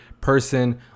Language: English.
person